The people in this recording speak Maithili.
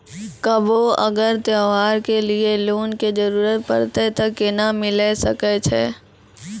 कभो अगर त्योहार के लिए लोन के जरूरत परतै तऽ केना मिल सकै छै?